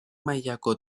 mailako